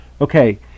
okay